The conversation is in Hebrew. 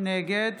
נגד